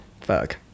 Fuck